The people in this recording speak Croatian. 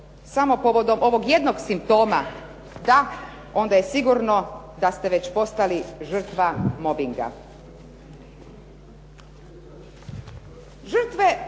samo povodom ovog jednog simptoma da, onda je sigurno da ste već postali žrtva mobbinga.